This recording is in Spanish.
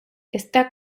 está